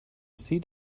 seat